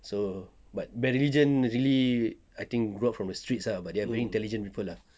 so but bad religion really I think raw from the streets ah but they are very intelligent people ah